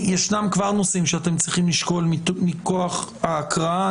יש כבר נושאים שאתם צריכים לשקול מכוח ההקראה.